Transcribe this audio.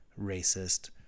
racist